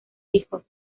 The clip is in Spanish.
hijos